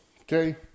okay